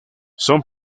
son